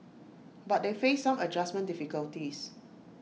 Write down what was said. but they faced some adjustment difficulties